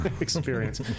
experience